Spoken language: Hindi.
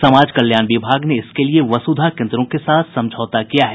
समाज कल्याण विभाग ने इसके लिए वसुधा केन्द्रों के साथ समझौता किया है